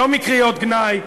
לא מקריאות גנאי,